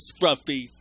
Scruffy